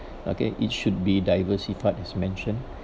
okay it should be diversified as mentioned